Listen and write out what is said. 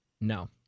No